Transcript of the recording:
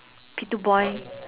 P two boy